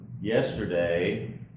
yesterday